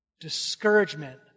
Discouragement